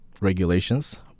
regulations